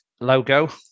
logo –